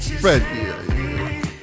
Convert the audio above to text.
Fred